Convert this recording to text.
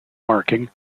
marking